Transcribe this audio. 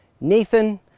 Nathan